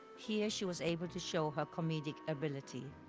here she was able to show her comedic ability.